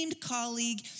colleague